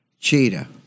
Cheetah